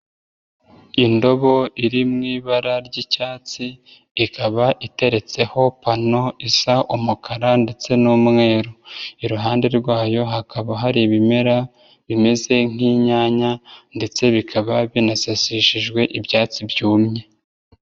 Indobo iri mu ibara ry'icyatsi ikaba iteretseho panu isa umukara ndetse n'umweru, iruhande rwayo hakaba hari ibimera bimeze nk'inyanya ndetse bikaba binasasishijwe ibyatsi byumye.